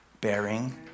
Bearing